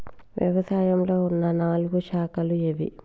వ్యవసాయంలో ఉన్న నాలుగు శాఖలు ఏవి?